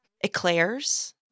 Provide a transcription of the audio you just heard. eclairs